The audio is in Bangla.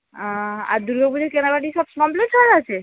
আর দূর্গা পুজোর কেনাকাটি সব কমপ্লিট হয়ে গেছে